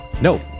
No